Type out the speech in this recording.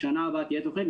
בשנה הבאה תהיה תוכנית.